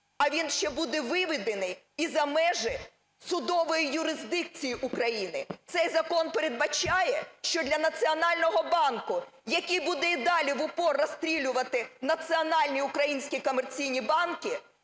а він ще буде виведений і за межі судової юрисдикції України. Цей закон передбачає, що для Національного банку, який буде і далі в упор "розстрілювати" національні українські комерційні банки,